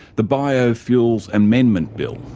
the biofuels amendment bill,